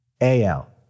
AL